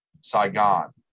Saigon